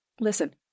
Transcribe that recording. Listen